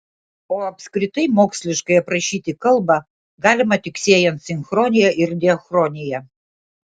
o apskritai moksliškai aprašyti kalbą galima tik siejant sinchronija ir diachroniją